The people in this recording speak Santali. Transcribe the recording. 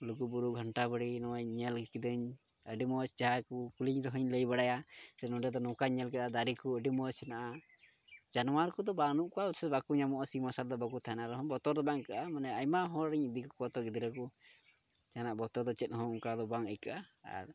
ᱞᱩᱜᱩ ᱵᱩᱨᱩ ᱜᱷᱟᱱᱴᱟ ᱵᱟᱲᱮ ᱱᱚᱣᱟᱧ ᱧᱮᱞ ᱠᱤᱫᱟᱹᱧ ᱟᱹᱰᱤ ᱢᱚᱡᱽ ᱡᱟᱭᱜᱟ ᱠᱚ ᱠᱩᱞᱤᱧ ᱨᱮᱦᱚᱸᱧ ᱞᱟᱹᱭ ᱵᱟᱲᱟᱭᱟ ᱥᱮ ᱱᱚᱰᱮ ᱫᱚ ᱱᱚᱝᱠᱟᱧ ᱧᱮᱞ ᱠᱮᱫᱟ ᱫᱟᱨᱮ ᱠᱚ ᱟᱹᱰᱤ ᱢᱚᱡᱽ ᱦᱮᱱᱟᱜᱼᱟ ᱡᱟᱱᱣᱟᱨ ᱠᱚᱫᱚ ᱵᱟᱹᱱᱩᱜ ᱠᱚᱣᱟ ᱥᱮ ᱵᱟᱠᱚ ᱟᱢᱚᱜᱼᱟ ᱥᱤᱧ ᱢᱟᱨᱥᱟᱞ ᱫᱚ ᱵᱟᱠᱚ ᱛᱟᱦᱮᱱᱟᱵᱚᱛᱚᱨ ᱫᱚ ᱵᱟᱝ ᱟᱹᱭᱠᱟᱹᱜᱼᱟ ᱢᱟᱱᱮ ᱟᱭᱢᱟ ᱦᱚᱲ ᱤᱧ ᱤᱫᱤ ᱠᱚᱣᱟ ᱠᱚᱛᱚᱠ ᱜᱤᱫᱽᱨᱟᱹ ᱠᱚ ᱡᱟᱦᱟᱱᱟᱜ ᱵᱚᱛᱚᱨ ᱫᱚ ᱪᱮᱫ ᱦᱚᱸ ᱚᱱᱠᱟ ᱵᱟᱝ ᱟᱹᱭᱠᱟᱹᱜᱼᱟ ᱟᱨ